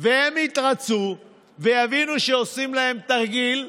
והם יתרצו ויבינו שעושים להם תרגיל,